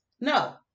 No